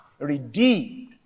redeemed